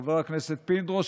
לחבר הכנסת פינדרוס,